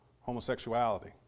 homosexuality